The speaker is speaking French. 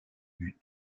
but